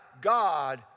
God